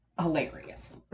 hilarious